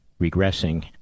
regressing